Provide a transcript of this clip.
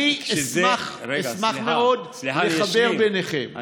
אשמח מאוד לחבר ביניכם.